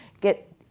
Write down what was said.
get